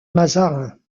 mazarin